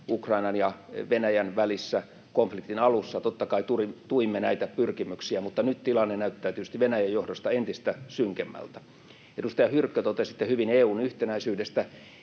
Ukrainan ja Venäjän välissä konfliktin alussa. Totta kai tuimme näitä pyrkimyksiä, mutta nyt tilanne näyttää tietysti Venäjän johdosta entistä synkemmältä. Edustaja Hyrkkö, totesitte hyvin EU:n yhtenäisyydestä.